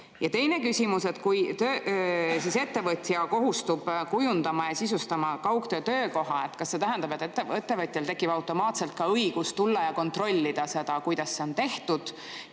Teine küsimus. Kui ettevõtja kohustub kujundama ja sisustama kaugtöö töökoha, kas see tähendab, et ettevõtjal tekib automaatselt ka õigus tulla ja kontrollida seda, kuidas see on tehtud?